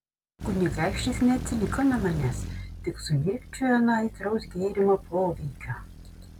kunigaikštis neatsiliko nuo manęs tik sumirkčiojo nuo aitraus gėrimo poveikio